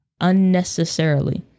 unnecessarily